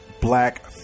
Black